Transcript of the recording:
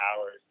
hours